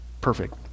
perfect